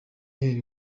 ahera